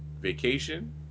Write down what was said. vacation